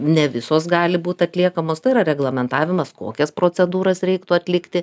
ne visos gali būt atliekamos tai yra reglamentavimas kokias procedūras reiktų atlikti